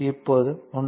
இப்போது 1